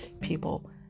people